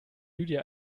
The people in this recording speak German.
lydia